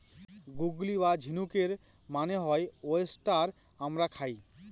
গুগলি বা ঝিনুকের মানে হল ওয়েস্টার আমরা খাই